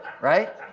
Right